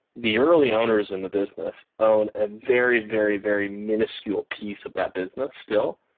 the early owners in the business own a very, very, very miniscule piece of that business still.